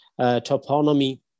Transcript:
toponymy